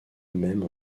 même